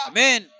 Amen